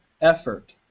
effort